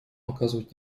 оказывать